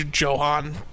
Johan